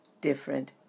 different